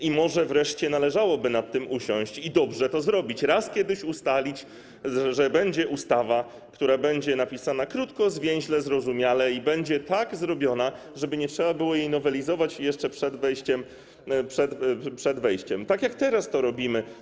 I może wreszcie należałoby nad tym usiąść i dobrze to zrobić: raz ustalić, że będzie ustawa, która będzie napisana krótko, zwięźle, zrozumiale i będzie tak zrobiona, żeby nie trzeba jej było nowelizować jeszcze przed wejściem w życie, tak jak teraz to robimy.